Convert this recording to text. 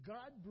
God